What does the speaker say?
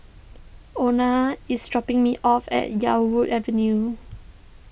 Ona is dropping me off at Yarwood Avenue